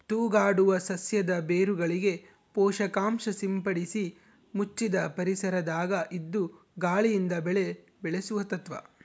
ತೂಗಾಡುವ ಸಸ್ಯದ ಬೇರುಗಳಿಗೆ ಪೋಷಕಾಂಶ ಸಿಂಪಡಿಸಿ ಮುಚ್ಚಿದ ಪರಿಸರದಾಗ ಇದ್ದು ಗಾಳಿಯಿಂದ ಬೆಳೆ ಬೆಳೆಸುವ ತತ್ವ